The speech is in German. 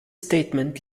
statement